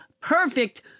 perfect